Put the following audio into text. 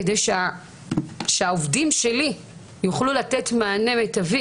כדי שהעובדים שלי יוכלו לתת מענה מיטבי